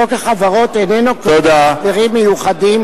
חוק החברות אינו קובע הסדרים מיוחדים